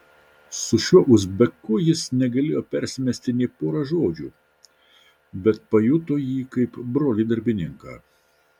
su šiuo uzbeku jis negalėjo persimesti nė pora žodžių bet pajuto jį kaip brolį darbininką